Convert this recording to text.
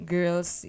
Girls